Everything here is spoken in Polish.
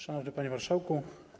Szanowny Panie Marszałku!